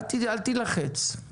אל תילחץ.